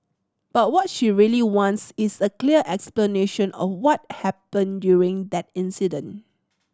but what she really wants is a clear explanation of what happened during that incident